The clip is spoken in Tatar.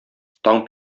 таң